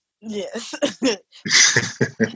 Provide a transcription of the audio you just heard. yes